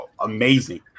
amazing